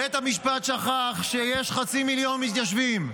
בית המשפט שכח שיש חצי מיליון מתיישבים.